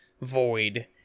void